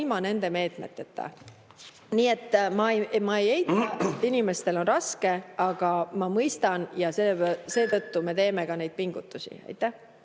ilma nende meetmeteta. Nii et ma ei eita, et inimestel on raske, ma mõistan ja seetõttu me teeme neid pingutusi. Aitäh!